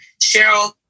Cheryl